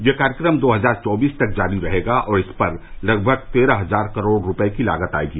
यह कार्यक्रम दो हजार चौबीस तक जारी रहेगा और इस पर लगभग तेरह हजार करोड़ रुपये की लागत आएगी